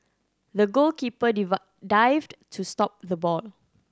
the goalkeeper dived to stop the ball